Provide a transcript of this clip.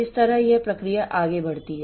इस तरह यह प्रक्रिया आगे बढ़ती है